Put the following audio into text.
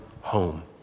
home